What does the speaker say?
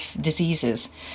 diseases